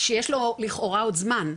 שיש לו לכאורה עוד זמן,